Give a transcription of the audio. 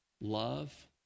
Love